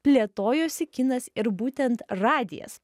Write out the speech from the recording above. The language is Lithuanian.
plėtojosi kinas ir būtent radijas